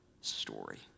story